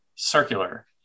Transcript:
circular